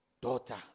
Daughter